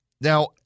now